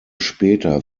später